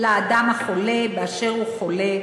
לאדם החולה באשר הוא חולה,